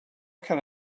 can